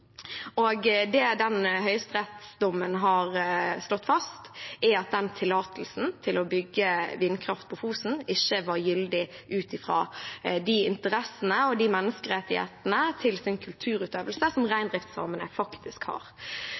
Det denne høyesterettsdommen har slått fast, er at tillatelsen til å bygge vindkraft på Fosen ikke var gyldig ut fra reindriftssamenes interesser og de menneskerettighetene som de faktisk har, til egen kulturutøvelse.